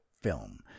film